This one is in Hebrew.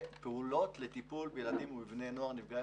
פעולות לטיפול בילדים ובבני נוער נפגעי